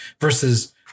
versus